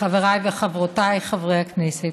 חבריי וחברותיי חברי הכנסת,